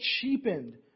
cheapened